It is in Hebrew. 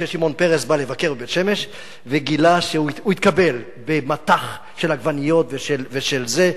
כששמעון פרס בא לבקר בבית-שמש והוא התקבל במטח של עגבניות ושל זה,